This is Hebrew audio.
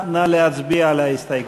נא להצביע על ההסתייגות.